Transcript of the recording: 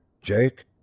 Jake